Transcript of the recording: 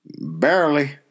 Barely